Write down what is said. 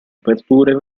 aperture